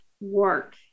work